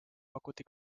pakuti